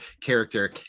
character